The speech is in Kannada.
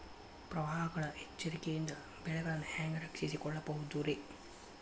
ಪ್ರವಾಹಗಳ ಎಚ್ಚರಿಕೆಯಿಂದ ಬೆಳೆಗಳನ್ನ ಹ್ಯಾಂಗ ರಕ್ಷಿಸಿಕೊಳ್ಳಬಹುದುರೇ?